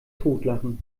totlachen